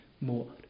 more